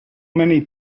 many